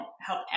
help